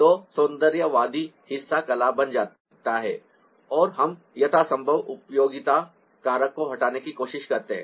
तो सौंदर्यवादी हिस्सा कला बन जाता है और हम यथासंभव उपयोगिता कारक को हटाने की कोशिश करते हैं